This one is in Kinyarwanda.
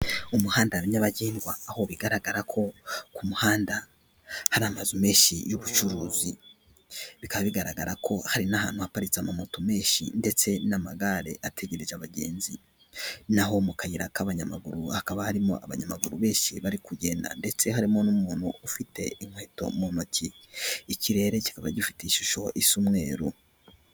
Mu muhanda wa nyabagendwa aho bigaragara ko ku muhanda hari amazu meshyi y'ubucuruzi, bikaba bigaragara ko hari n'ahantu haparitse ama motomeshyi ndetse n'amagare ategereza abagenzi naho mu kayira k'abanyamaguru hakaba harimo abanyamaguru benshi bari kugenda ndetse harimo n'umuntu ufite inkweto mu ntoki, ikirere kikaba gifite ishusho isa umweru.